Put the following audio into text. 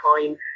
time